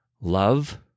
love